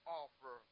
offer